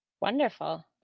Wonderful